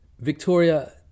Victoria